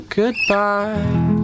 goodbye